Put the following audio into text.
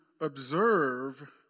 observe